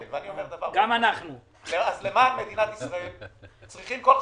וכל חברי הממשלה להקים ועדת חקירה ממלכתית